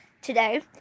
today